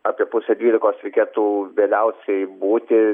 apie pusę dvylikos reikėtų vėliausiai būti